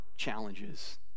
challenges